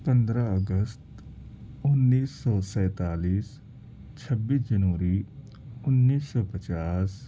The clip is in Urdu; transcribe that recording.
پندرہ اگست انیس سو سینتالیس چھبیس جنوری انیس سو پچاس